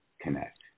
connect